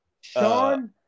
Sean